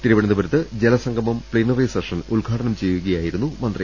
തിരുവനന്തപുരത്ത് ജലസംഗമം പ്ലീനറിസെഷൻ ഉദ്ഘാടനം ചെയ്യുകയായിരുന്നു മന്ത്രി